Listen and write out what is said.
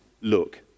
look